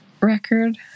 record